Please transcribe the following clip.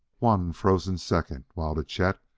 one frozen second, while, to chet,